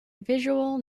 visual